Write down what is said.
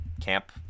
camp